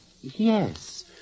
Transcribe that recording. yes